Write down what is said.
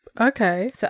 Okay